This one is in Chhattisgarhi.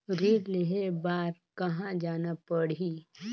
ऋण लेहे बार कहा जाना पड़ही?